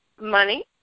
money